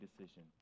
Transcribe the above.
decision